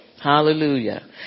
Hallelujah